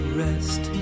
rest